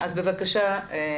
בבקשה.